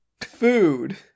food